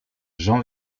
jean